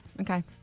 Okay